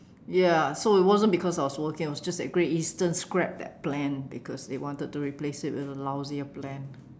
ya so it wasn't because I was working it was just that Great Eastern scrapped that plan because they wanted to replace it with a lousier plan